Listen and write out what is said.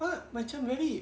what macam very